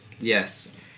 Yes